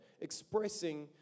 expressing